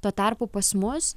tuo tarpu pas mus